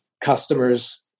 customers